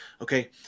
Okay